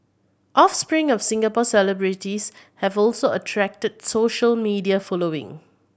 offspring of Singapore celebrities have also attracted social media following